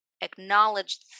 acknowledge